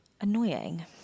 annoying